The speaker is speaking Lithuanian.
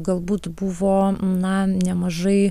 galbūt buvo na nemažai